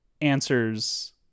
answers